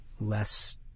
less